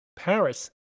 Paris